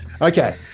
Okay